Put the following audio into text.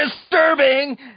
disturbing